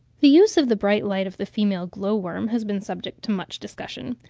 the use of the bright light of the female glow-worm has been subject to much discussion.